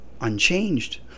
unchanged